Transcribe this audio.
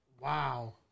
Wow